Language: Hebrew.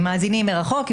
אם מאזינים מרחוק,